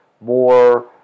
more